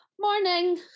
Morning